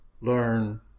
learn